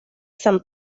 san